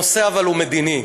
אבל הנושא הוא מדיני.